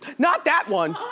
not that one!